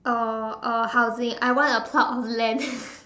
uh uh housing I want a plot of land